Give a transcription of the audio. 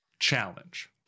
Challenge